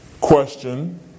question